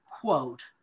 quote